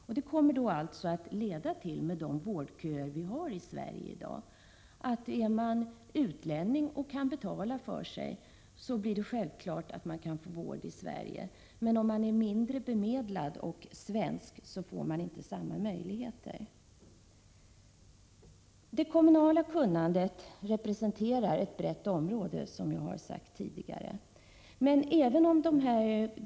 Om man räknar med en sådan kommer detta, med de vårdköer vi har i Sverige i dag, självfallet att leda till att en utlänning som kan betala för sig lätt kan få vård i Sverige, medan en svensk som är mindre bemedlad inte får samma möjligheter. Det kommunala kunnandet representerar, som jag sade tidigare, ett brett område.